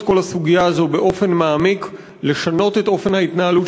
כל הסוגיה הזו באופן מעמיק ולשנות את אופן ההתנהלות